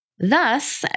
Thus